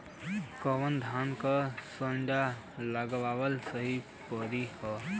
कवने धान क संन्डा लगावल सही परी हो?